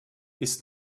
ist